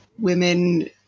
women